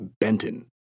Benton